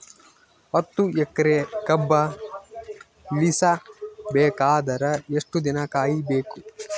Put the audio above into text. ಹತ್ತು ಎಕರೆ ಕಬ್ಬ ಇಳಿಸ ಬೇಕಾದರ ಎಷ್ಟು ದಿನ ಕಾಯಿ ಬೇಕು?